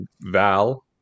Val